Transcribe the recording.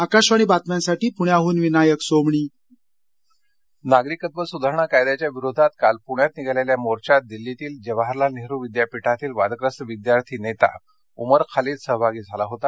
आकाशवाणी बातम्यांसाठी पुण्याहून विनायक सोमणी मोर्चा खालिद धळे अकोला नाशिक नागरिकत्व सुधारणा कायद्याच्या विरोधात काल पुण्यात निघालेल्या मोर्चात दिल्लीतील जवाहरलाल नेहरू विद्यापीठातील वादग्रस्त विद्यार्थी नेता उमर खालिद सहभागी झाला होता